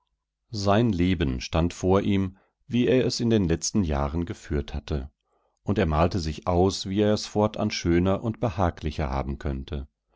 sein leben stand vor ihm wie er es in den letzten jahren geführt hatte und er malte sich aus wie er es fortan schöner und behaglicher haben könnte